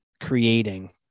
creating